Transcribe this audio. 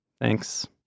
Thanks